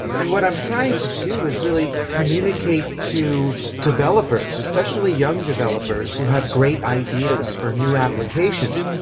and what i'm trying to do is really communicate to developers, especially young developers who have great ideas for new applications.